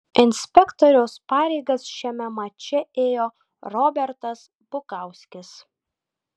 inspektoriaus pareigas šiame mače ėjo robertas bukauskis